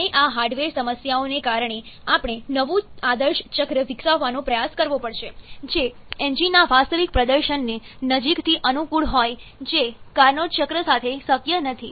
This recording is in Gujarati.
અને આ હાર્ડવેર સમસ્યાઓને કારણે આપણે નવું આદર્શ ચક્ર વિકસાવવાનો પ્રયાસ કરવો પડશે જે એન્જિનના વાસ્તવિક પ્રદર્શનને નજીકથી અનુકૂળ હોય જે કાર્નોટ ચક્ર સાથે શક્ય નથી